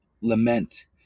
Lament